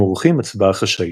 הם עורכים הצבעה חשאית.